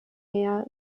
mehr